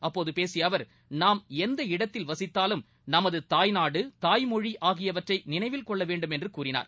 அப்போதுபேசியஅவர் நாம் எந்த இடத்தில் வசித்தாலும் நமதுதாய்நாடு தாய்மொழிஆகியவற்றைநினைவில் கொள்ளவேண்டும் என்றுகூறினார்